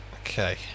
Okay